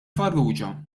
farrugia